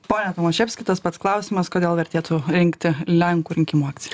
pone tomaševski tas pats klausimas kodėl vertėtų rinkti lenkų rinkimų akciją